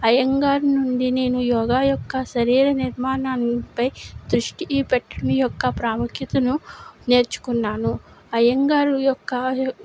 అయ్యంగార్ నుండి నేను యోగా యొక్క శరీర నిర్మాణాన్ పై దృస్టీ పెట్టటం యొక్క ప్రాముఖ్యతను నేర్చుకున్నాను అయ్యగారు యొక్క